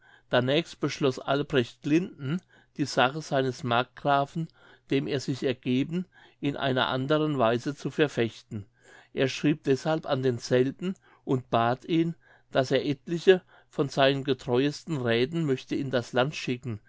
danächst beschloß albrecht glinden die sache seines markgrafen dem er sich ergeben in einer anderen weise zu verfechten er schrieb deshalb an denselben und bat ihn daß er etliche von seinen getreuesten räthen möchte in das land schicken